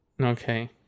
Okay